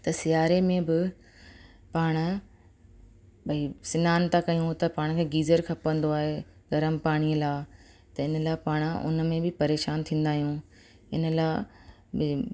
त सियारे में बि पाण भाई सनानु था कयूं त पाण खे गीजर खपंदो आहे गरम पाणीअ लाइ त हिन लाइ पाण उन में बि परेशान थींदा आहियूं इन लाइ बि